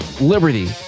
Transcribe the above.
Liberty